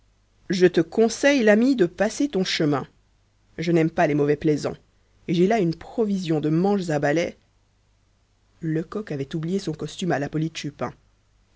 je te conseille l'ami de passer ton chemin je n'aime pas les mauvais plaisants et j'ai là une provision de manches à balai lecoq avait oublié son costume à la polyte chupin